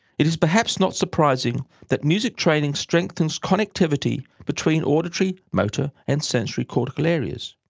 it is perhaps not surprising that music training strengthens connectivity between auditory, motor and sensory cortical areas.